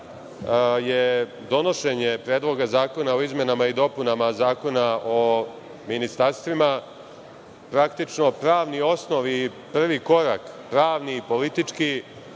je donošenje Predloga zakona o izmenama i dopunama Zakona o ministarstvima praktično pravni osnov i prvi korak, pravni i politički,